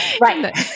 Right